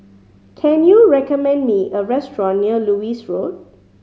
can you recommend me a restaurant near Lewis Road